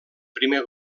primer